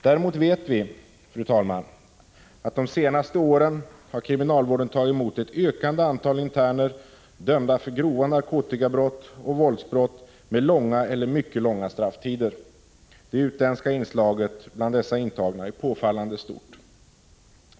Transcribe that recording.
Däremot vet vi, fru talman, att kriminalvården de senaste åren har tagit emot ett ökande antal interner dömda för grova narkotikabrott och våldsbrott med långa eller mycket långa strafftider. Det utländska inslaget bland dessa intagna är påfallande stort.